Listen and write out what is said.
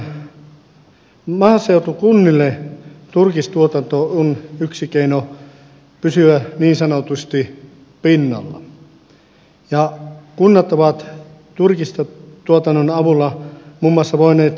monille maaseutukunnille turkistuotanto on yksi keino pysyä niin sanotusti pinnalla ja kunnat ovat turkistuotannon avulla muun muassa voineet säilyttää peruspalvelunsa